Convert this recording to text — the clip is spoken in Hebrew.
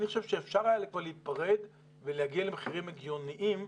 אני חושב שאפשר היה כבר להיפרד ולהגיע למחירים הגיוניים.